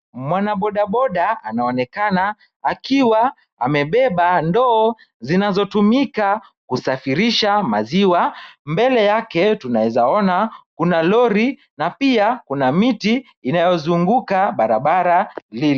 Mwanabodaboda anaonekana akiwa amebeba ndoo zinazotumika kusafirisha maziwa, mbele yake tunawezaona kuna lori na pia kuna miti inayozunguka barabara lile.